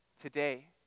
today